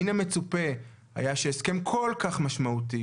מן המצופה היה שהסכם כל כך משמעותי,